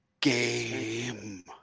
game